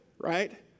right